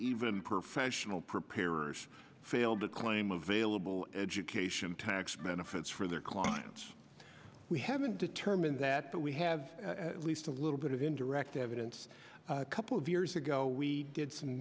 even professional preparers failed to claim available education tax benefits for their clients we haven't determined that but we have at least a little bit of indirect evidence couple of years ago we did some